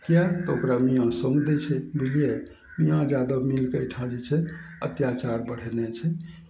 किएक तऽ ओकरा मियाँ सङ्ग दै छै बुझलियै मियाँ यादब मिलके अइठाम जे छै अत्याचार बढ़ेने छै